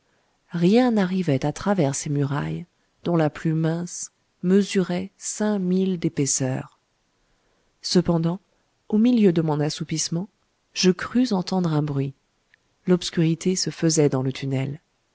rien n'arrivait à travers ces murailles dont la plus mince mesurait cinq milles d'épaisseur cependant au milieu de mon assoupissement je crus entendre un bruit l'obscurité se faisait dans le tunnel